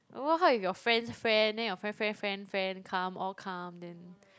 What how if your friend's friend then your friend friend friend friend come all come then